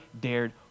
dared